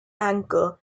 anchor